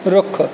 ਰੁੱਖ